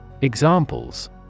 Examples